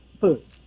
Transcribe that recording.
food